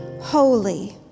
holy